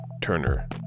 Turner